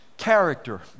Character